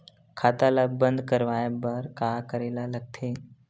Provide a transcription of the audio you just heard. खाता ला बंद करवाय बार का करे ला लगथे?